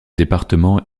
département